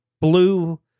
blue